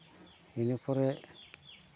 ᱤᱱᱟᱹ ᱯᱚᱨᱮ